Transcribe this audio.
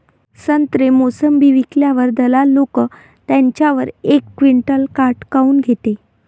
संत्रे, मोसंबी विकल्यावर दलाल लोकं त्याच्यावर एक क्विंटल काट काऊन घेते?